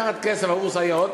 לקחת כסף עבור סייעות,